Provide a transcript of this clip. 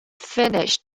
finnish